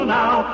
now